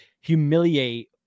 humiliate